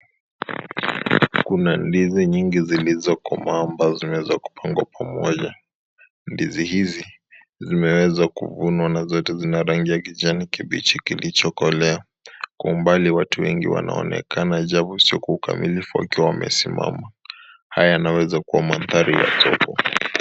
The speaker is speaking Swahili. Kuna ndizi nyingi zilizokomaa ambazo zimeweza kupangwa kwa pamoja. Ndizi hizi zimeweza kuvunwa na zote zina rangi ya kijani kibichi kilichokolea. Kwa umbali watu wengi wanaonekana kwa umbali ajabu sio kwa ukamilifu wakiwa wamesimama. Haya yanaweza kuwa mandhari ya soko.